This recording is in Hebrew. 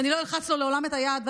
ואני לא אלחץ לו את היד לעולם,